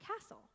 castle